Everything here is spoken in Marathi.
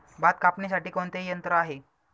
भात कापणीसाठी कोणते यंत्र आहे?